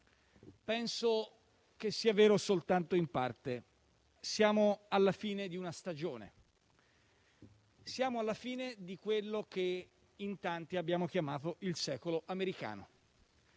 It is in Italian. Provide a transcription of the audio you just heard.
penso che sia vero soltanto in parte: siamo alla fine di una stagione, alla fine di quello che in tanti abbiamo chiamato il secolo americano.